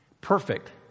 perfect